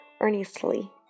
earnestly